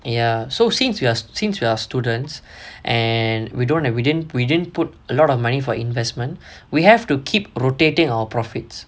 ya so since we are since we are students and we don't have we didn't we didn't put a lot of money for investment we have to keep rotating our profits